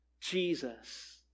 Jesus